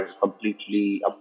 completely